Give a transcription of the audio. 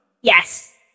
Yes